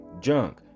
Junk